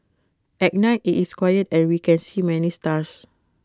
at night IT is quiet and we can see many stars